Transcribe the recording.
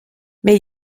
mais